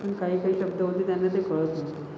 पण काही काही शब्द होते त्यांना ते कळत नव्हते